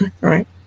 right